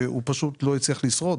כי הוא פשוט לא הצליח לשרוד.